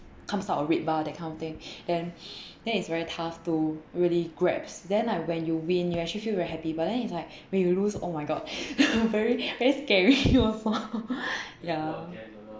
comes out of red bar that kind of thing and then it's very tough to really grasp then like when you win you actually feel very happy but then it's like when you lose oh my god very very scary also ya